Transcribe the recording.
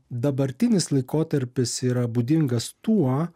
dabartinis laikotarpis yra būdingas tuo